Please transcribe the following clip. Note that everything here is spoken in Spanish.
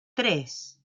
tres